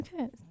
Okay